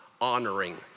honoring